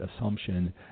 assumption